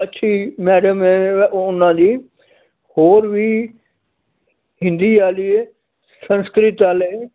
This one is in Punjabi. ਅੱਛੀ ਮੈਡਮ ਹੈ ਉਹਨਾਂ ਦੀ ਹੋਰ ਵੀ ਹਿੰਦੀ ਵਾਲੀ ਹੈ ਸੰਸਕ੍ਰਿਤ ਵਾਲੇ